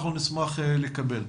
אנחנו נשמח לקבל.